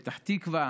פתח תקווה,